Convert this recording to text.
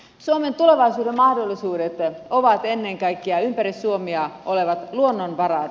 suomen tulevaisuuden mahdollisuudet ovat ennen kaikkea ympäri suomea olevat luonnonvarat